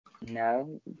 No